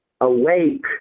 awake